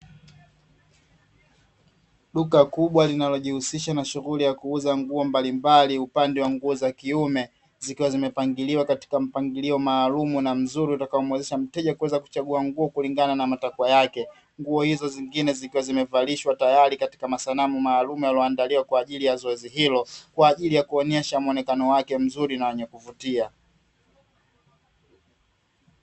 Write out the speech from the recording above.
Duka kubwa linalojihusisha na shughuli ya kuuza nguo mbalimbali, upande wa nguo za kiume zikiwa zimepangiliwa katika mpangilio maalumu na mzuri utakaomwezeja mteja kuweza kuchagua nguo kulingana na matakwa yake. Nguo hizo zingine zikiwa zimevalishwa tayari katika masanamu maalumu yaliyoandaliwa kwa ajili zoezi hilo kwa ajili ya kuonyesha muonekano wako mzuri na wenye kuvutia.